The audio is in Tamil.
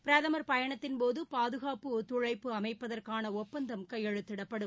பிரதமர் பயணத்தின்போது பாதுகாப்பு ஒத்துழைப்பு அமைப்பதற்கான ஒப்பந்தம் கையெழுத்திடப்படும்